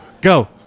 go